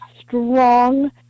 strong